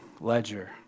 ledger